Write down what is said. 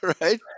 right